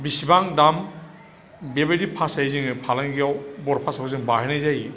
बेसेबां दाम बेबायदि भासायै जोङो फालांगियाव बर' भासाखौ जों बाहायनाय जायो